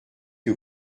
que